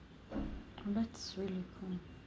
that's really cool